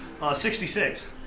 66